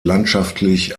landschaftlich